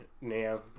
now